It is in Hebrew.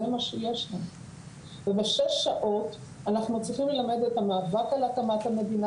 זה מה שיש לנו ובשש שעות אנחנו צריכים ללמד את המאבק על הקמת המדינה